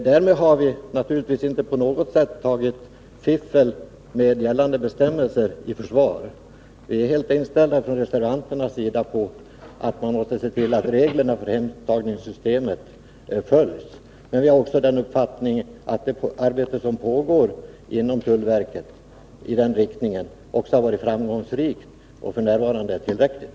Därmed har vi naturligtvis inte på något sätt tagit fiffel med gällande bestämmelser i försvar. Från reservanternas sida är vi helt inställda på att man måste se till att reglerna för hemtagningssystemet följs. Men vi har också den uppfattningen att det arbete i den riktningen som pågår inom tullverket också har varit framgångsrikt och f. n. är tillräckligt.